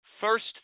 first